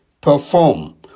perform